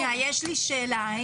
יש לי שאלה.